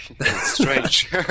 strange